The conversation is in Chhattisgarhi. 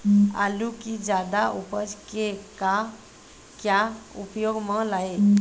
आलू कि जादा उपज के का क्या उपयोग म लाए?